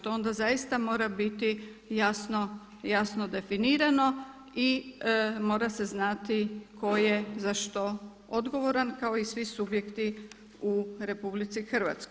To onda zaista mora biti jasno definirano i mora se znati tko je za što odgovoran kao i svi subjekti u RH.